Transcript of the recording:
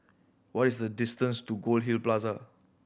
what is the distance to Goldhill Plaza